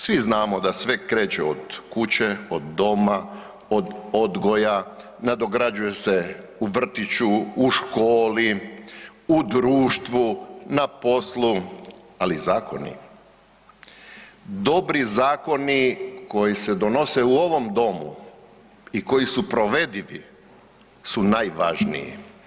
Svi znamo da sve kreće od kuće, od doma, od odgoja, nadograđuje se u vrtiću, u školi, u društvu, na poslu, ali zakoni dobri zakoni koji se donose u ovom Domu i koji su provedivi su najvažniji.